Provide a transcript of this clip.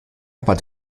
aber